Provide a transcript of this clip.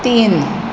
तीन